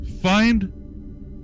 Find